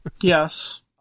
Yes